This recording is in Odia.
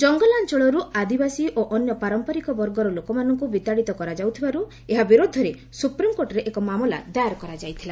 ଜଙ୍ଗଲାଞ୍ଚଳରୁ ଆଦିବାସୀ ଓ ଅନ୍ୟ ପାରମ୍ପରିକ ବର୍ଗର ଲୋକମାନଙ୍କୁ ବିତାଡ଼ିତ କରାଯାଉଥିବାରୁ ଏହା ବିରୋଧରେ ସୁପ୍ରିମ୍କୋର୍ଟରେ ଏକ ମାମଲା ଦାୟର କରାଯାଇଥିଲା